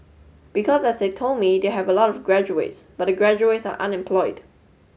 because as they told me they have a lot graduates but the graduates are unemployed